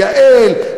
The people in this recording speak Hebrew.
לייעל,